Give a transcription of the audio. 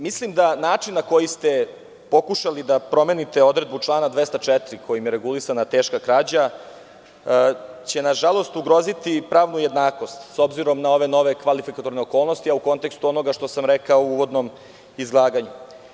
Mislim da će način na koji ste pokušali da promenite odredbu člana 204, kojim je regulisana teška krađa, nažalost ugroziti pravu jednakost, s obzirom na ove nove kvalifikatorne okolnosti, a u kontekstu onoga što sam rekao u uvodnom izlaganju.